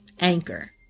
Anchor